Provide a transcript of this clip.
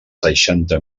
seixanta